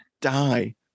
die